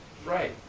Right